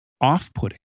off-putting